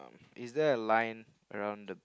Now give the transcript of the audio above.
is there a line around the